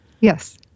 Yes